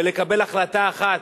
ולקבל החלטה אחת,